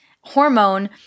hormone